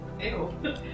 Ew